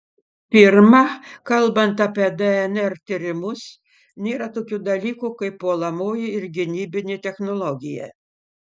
pirma kalbant apie dnr tyrimus nėra tokių dalykų kaip puolamoji ir gynybinė technologija